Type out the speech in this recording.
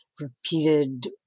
repeated